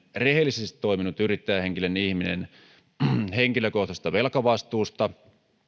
rehellisesti toiminut yrittäjähenkinen ihminen henkilökohtaisesta velkavastuusta